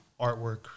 artwork